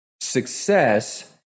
success